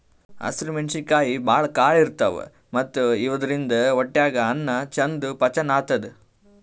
ಹಸ್ರ್ ಮೆಣಸಿನಕಾಯಿ ಭಾಳ್ ಖಾರ ಇರ್ತವ್ ಮತ್ತ್ ಇವಾದ್ರಿನ್ದ ಹೊಟ್ಯಾಗ್ ಅನ್ನಾ ಚಂದ್ ಪಚನ್ ಆತದ್